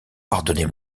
pardonnez